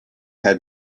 had